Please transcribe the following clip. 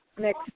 next